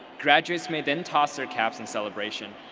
graduates may then toss their caps in celebration.